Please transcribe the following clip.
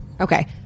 Okay